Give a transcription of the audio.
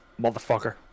Motherfucker